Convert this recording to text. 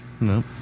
No